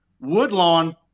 Woodlawn